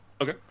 Okay